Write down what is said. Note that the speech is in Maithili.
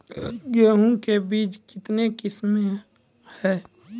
गेहूँ के बीज के कितने किसमें है?